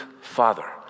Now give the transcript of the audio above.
Father